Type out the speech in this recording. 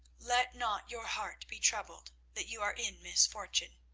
let not your heart be troubled that you are in misfortune.